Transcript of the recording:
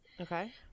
Okay